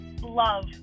love